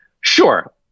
Sure